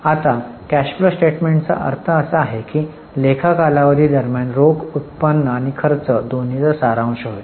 आता cash flow स्टेटमेंटचा अर्थ असा आहे की लेखा कालावधी दरम्यान रोख उत्पन्न आणि खर्च दोन्हीचा सारांश होय